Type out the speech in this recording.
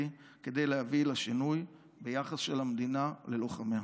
כדי להביא לשינוי ביחס של המדינה ללוחמיה.